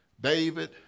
David